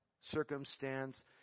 circumstance